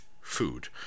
food